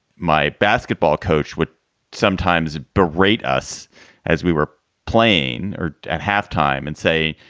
my basketball coach would sometimes berate us as we were playing or at halftime and say,